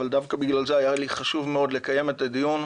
אבל דווקא בגלל זה היה לי חשוב מאוד לקיים את הדיון.